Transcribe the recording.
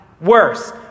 Worse